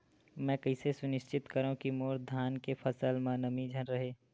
मैं कइसे सुनिश्चित करव कि मोर धान के फसल म नमी झन रहे?